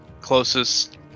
closest